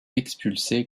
expulsée